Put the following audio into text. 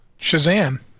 Shazam